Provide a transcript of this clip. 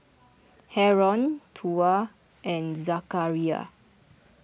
Haron Tuah and Zakaria